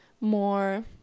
more